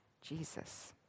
Jesus